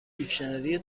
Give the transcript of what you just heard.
دیکشنری